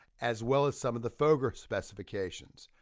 as well as some of the fogra specifications.